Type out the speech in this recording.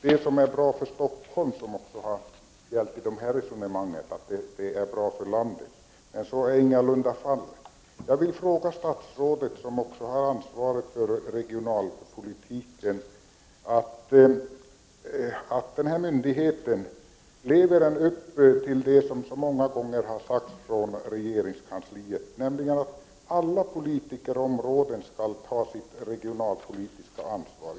Det som är bra för Stockholm är också bra för landet. Så är ingalunda fallet. Eftersom statsrådet också har ansvar för regionalpolitiken, vill jag fråga om detta statliga organ lever upp till de föresatser som så många gånger har förespråkats från regeringskansliet, nämligen att alla politikområden skall ta sitt regionalpolitiska ansvar.